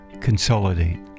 consolidate